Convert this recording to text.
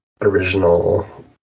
original